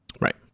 Right